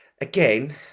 again